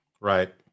Right